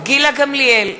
גילה גמליאל,